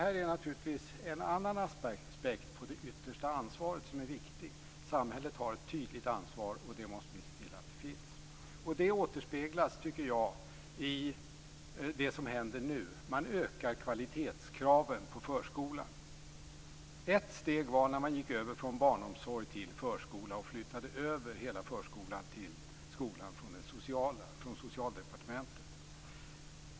Detta är naturligtvis en annan aspekt på det yttersta ansvaret som är viktig. Samhället har ett tydligt ansvar, och vi måste se till att det finns. Jag tycker att det återspeglas i det som nu händer. Man ökar kvalitetskraven på förskolan. Ett steg var när man gick över från barnomsorg till förskola och flyttade över hela förskolan till skolan och från Socialdepartementet.